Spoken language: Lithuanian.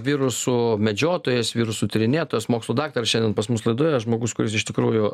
virusų medžiotojas virusų tyrinėtos mokslų daktaras šiandien pas mus laidoje žmogus kuris iš tikrųjų